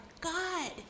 God